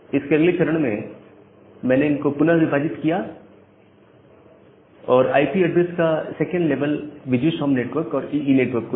इसके अगले चरण में मैंने इन को पुनः विभाजित किया और आईपी एड्रेस का सेकंड लेवल वीजीसॉम नेटवर्क और ईई नेटवर्क को दिया